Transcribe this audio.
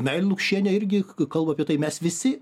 meilė lukšienė irgi kalba apie tai mes visi